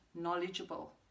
knowledgeable